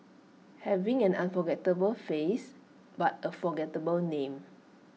having an unforgettable face but A forgettable name